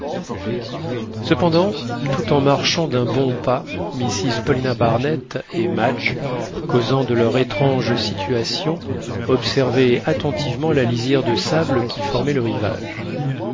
cependant tout en marchant d'un bon pas mrs paulina barnett et madge causant de leur étrange situation observaient attentivement la lisière de sable qui formait le rivage